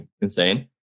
insane